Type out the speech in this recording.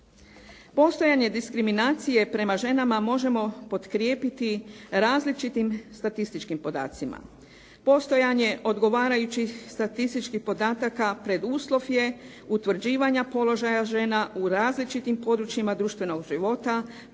Postojanje diskriminacije prema ženama možemo potkrijepiti različitim statističkim podacima. Postojanje odgovarajućih statističkih podataka preduslov je utvrđivanja položaja žena u različitim područjima društvenog života